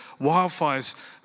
wildfires